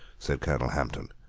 said colonel hampton,